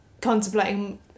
contemplating